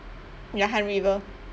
ya han river